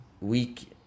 week